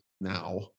now